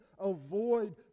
avoid